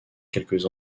quelques